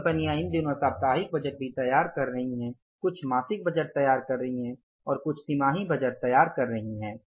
कुछ कंपनियां इन दिनों साप्ताहिक बजट भी तैयार कर रही हैं कुछ मासिक बजट तैयार कर रही हैं और कुछ तिमाही बजट तैयार कर रही हैं